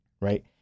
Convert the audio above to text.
right